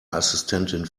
assistentin